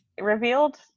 revealed